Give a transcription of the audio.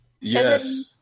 Yes